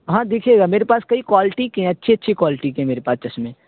ہاں دیکھیے گا میرے پاس کئی کوالٹی کے ہے اچھی اچھی کوالٹی کے ہیں میرے پاس چشمے